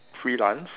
freelance